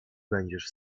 będziesz